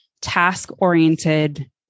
task-oriented